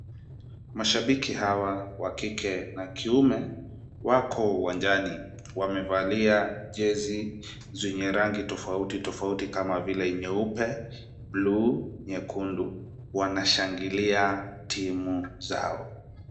Mashabiki hawa wa kike na kiume wako uwanjani wamevalia jezi zenye rangi tofauti tofauti kama vile nyeupe, bluu, nyekundu, wanashangilia timu zao.